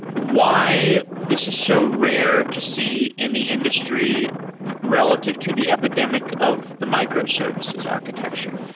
why this is so rare to see in the industry relative to the epidemic of the microservices architecture.